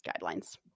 guidelines